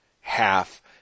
half